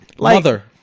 Mother